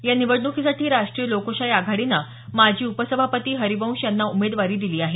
या निवडण्कीसाठी राष्ट्रीय लोकशाही आघाडीनं माजी उपसभापती हरिवंश यांना उमेदवारी दिली आहे